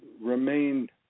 remain